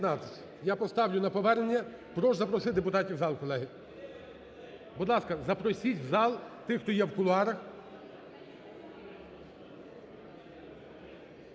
Я поставлю на повернення. Прошу запросити депутатів в зал, колеги. Будь ласка, запросіть в зал тих хто є в кулуарах.